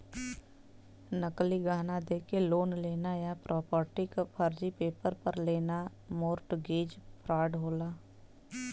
नकली गहना देके लोन लेना या प्रॉपर्टी क फर्जी पेपर पर लेना मोर्टगेज फ्रॉड होला